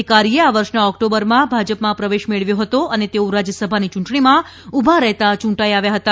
અધિકારીએ આ વર્ષના ઓક્ટોબરમાં ભાજપમાં પ્રવેશ મેળવ્યો હતો અને તેઓ રાજ્યસભાની ચૂંટણીમાં ઉભા રહેતાં યૂંટાઇ આવ્યા છે